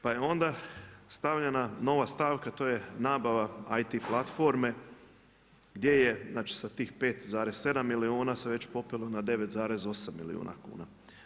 Pa je onda stavljena nova stavka, to je nabava IT platforme gdje je, znači sa tih 5,7 milijuna se već popelo na 9,8 milijuna kuna.